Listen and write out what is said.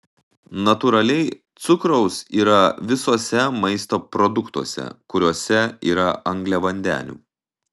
natūraliai cukraus yra visuose maisto produktuose kuriuose yra angliavandenių